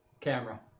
camera